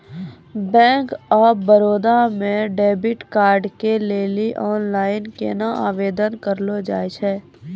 Bank of Baroda मे debit card के लेली आनलाइन केना आवेदन करलो जाय छै?